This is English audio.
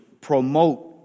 promote